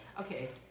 Okay